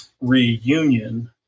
reunion